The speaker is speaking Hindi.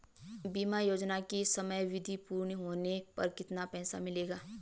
बीमा योजना की समयावधि पूर्ण होने पर कितना पैसा मिलेगा?